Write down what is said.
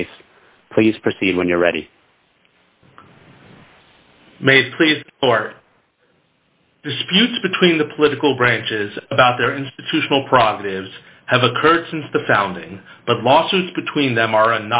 case please proceed when you're ready made please or disputes between the political branches about their institutional progressives have occurred since the founding but lawsuits between them are a